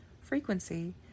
frequency